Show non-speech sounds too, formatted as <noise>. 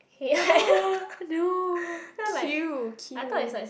<noise> no queue queue